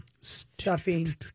Stuffing